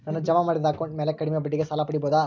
ನಾನು ಜಮಾ ಮಾಡಿದ ಅಕೌಂಟ್ ಮ್ಯಾಲೆ ಕಡಿಮೆ ಬಡ್ಡಿಗೆ ಸಾಲ ಪಡೇಬೋದಾ?